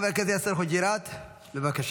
חבר הכנסת יאסר חוג'יראת, בבקשה.